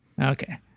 Okay